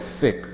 sick